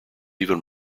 even